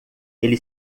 ele